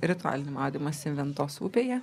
ritualinį maudymąsi ventos upėje